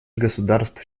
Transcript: государств